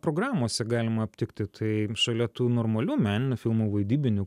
programose galima aptikti tai šalia tų normalių meninių filmų vaidybinių